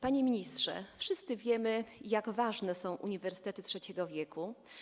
Panie ministrze, wszyscy wiemy, jak ważne są uniwersytety III wieku.